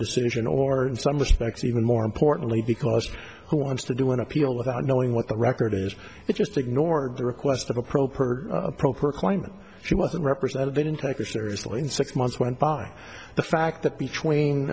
decision or in some respects even more importantly because who wants to do an appeal without knowing what the record is it just ignored the request of a pro per claimant she wasn't represented they didn't take the seriously and six months went by the fact that between